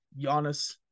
Giannis